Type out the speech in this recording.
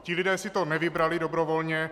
Ti lidé si to nevybrali dobrovolně.